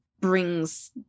brings